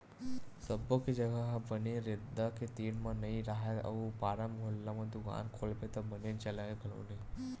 सब्बो के जघा ह बने रद्दा के तीर म नइ राहय अउ पारा मुहल्ला म दुकान खोलबे त बने चलय घलो नहि